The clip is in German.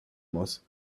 muss